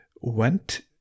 went